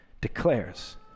declares